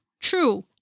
True